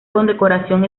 condecoración